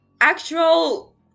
actual